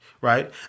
right